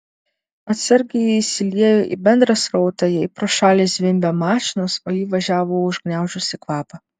atsargiai įsiliejo į bendrą srautą jai pro šalį zvimbė mašinos o ji važiavo užgniaužusi kvapą